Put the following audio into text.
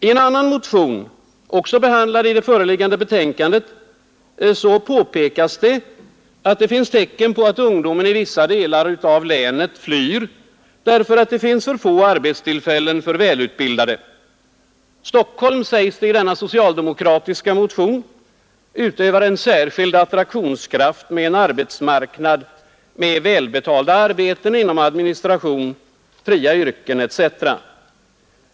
I en annan motion, också behandlad i det föreliggande betänkandet, påpekas att det finns tecken på att ungdomen i vissa delar av länet flyr detsamma därför att det finns för få arbetstillfällen för välutbildade. Stockholm, sägs det i denna socialdemokratiska motion, utövar en särskild attraktionskraft med en arbetsmarknad med välbetalda arbeten inom admini stration, fria yrken etc.